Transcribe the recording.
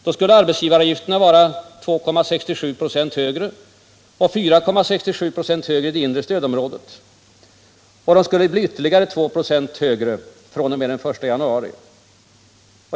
Då skulle arbetsgivaravgifterna vara 2,67 926 högre och 4,67 926 högre i det inre stödområdet, och de skulle bli ytterligare 2 26 högre fr.o.m. den 1 januari.